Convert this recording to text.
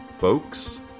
folks